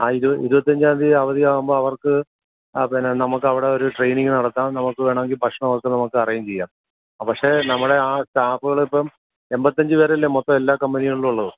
ആ ഇരുപത് ഇരുപത്തി അഞ്ചാന്തി അവധിയാവുമ്പോൾ അവർക്ക് ആ പിന്നെ നമുക്ക് അവിടെ ഒരു ട്രേയ്നിങ്ങ് നടത്താം നമുക്ക് വേണമെങ്കിൽ ഭക്ഷണമൊക്കെ നമുക്ക് അറേയ്ഞ്ച് ചെയ്യാം ആ പക്ഷേ നമ്മുടെ ആ സ്റ്റാഫുകൾ ഇപ്പം എൺപത്തി അഞ്ച് പേരല്ലേ മൊത്തം എല്ലാ കമ്പനികളിലുമുള്ളത്